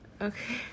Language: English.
Okay